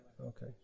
Okay